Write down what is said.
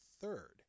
third